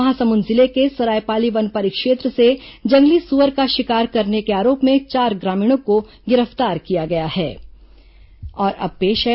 महासमुंद जिले के सरायपाली वन परिक्षेत्र से जंगली सुअर का शिकार करने के आरोप में चार ग्रामीणों को गिरफ्तार किया गया है